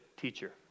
teacher